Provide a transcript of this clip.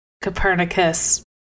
Copernicus